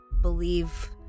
believe